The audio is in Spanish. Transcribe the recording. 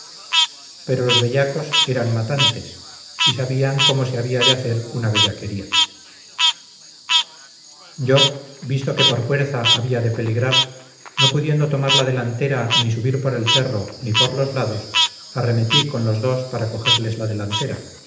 pero los bellacos eran matantes y sabían cómo se había de hacer una bellaquería yo visto que por fuerza había de peligrar no pudiendo tomar la delantera ni subir por el cerro ni por los lados arremetí con los dos para cogerles la delantera